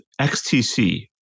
XTC